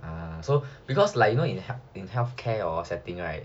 err so because like you know in healthcare hor setting right